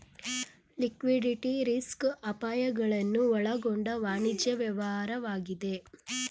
liquidity risk ಅಪಾಯಗಳನ್ನು ಒಳಗೊಂಡ ವಾಣಿಜ್ಯ ವ್ಯವಹಾರವಾಗಿದೆ